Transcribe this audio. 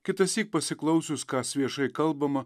kitąsyk pasiklausius kas viešai kalbama